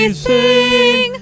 sing